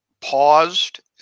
paused